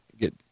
get